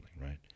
right